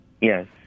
Yes